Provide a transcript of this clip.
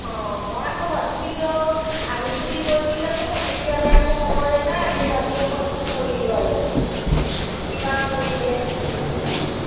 মই আকৌ ভাবিছিলোঁ আহিম বুলি কৈছিল দেখোন এতিয়ালে একো খবৰেই নাই সেই ভাবি ফোন কৰিলোঁ আৰু কিবা কৰিলে